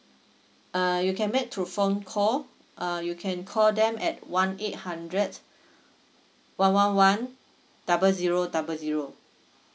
uh you can make through phone call uh you can call them at one eight hundred one one one double zero double zero